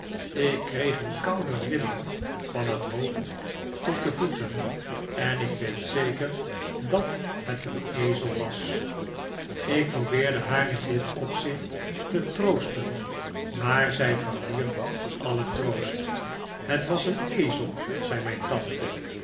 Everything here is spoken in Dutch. ik kreeg een koude rilling van het hoofd tot de voeten en ik weet zeker dat het een ezel was ik probeerde haar in dit opzicht te troosten maar zij verwierp alien troost het was een ezel zei mijn tante